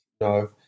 No